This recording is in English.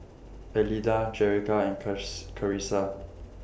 Elida Jerrica and curs Karissa